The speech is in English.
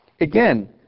Again